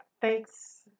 thanks